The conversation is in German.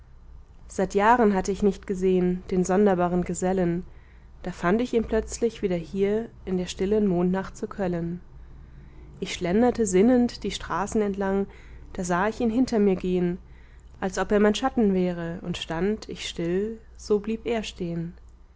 seit jahren hatte ich nicht gesehn den sonderbaren gesellen da fand ich ihn plötzlich wieder hier in der stillen mondnacht zu köllen ich schlenderte sinnend die straßen entlang da sah ich ihn hinter mir gehen als ob er mein schatten wäre und stand ich still so blieb er stehen